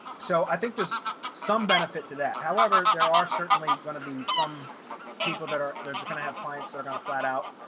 so i think there's some benefit to that. however, there are certainly going to be some people that are, they're just going to have clients are going to flat out,